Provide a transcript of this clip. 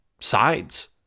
sides